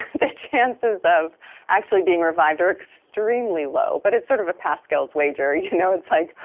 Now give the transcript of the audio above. the chances of actually being revived are extremely low, but it's sort of a pascal's wager, you know it's like,